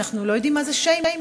אנחנו לא יודעים מה זה שיימינג.